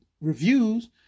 reviews